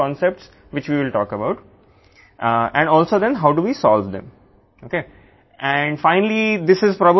కాబట్టి ఇది చాలా సరళమైన భావనల నుండి వచ్చింది దాని గురించి వాటిని ఎలా పరిష్కరించాలని మనం మాట్లాడతాము